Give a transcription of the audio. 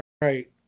right